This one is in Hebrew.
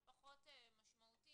רוצה לפעול מכוח המידע שהועבר לו.